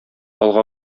алга